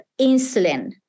insulin